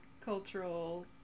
cultural